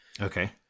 Okay